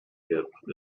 gap